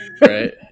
right